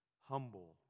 Humble